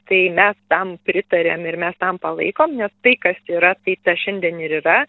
tai mes tam pritariam ir mes tam palaikom nes tai kas yra tai tas šiandien ir yra